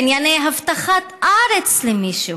בענייני הבטחת ארץ למישהו,